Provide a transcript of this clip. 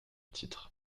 titre